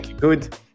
good